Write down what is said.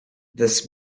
this